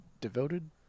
devoted